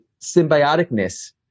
symbioticness